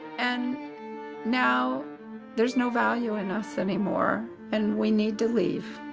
and now there's no value in us anymore. and we need to leave.